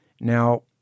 Now